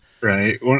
Right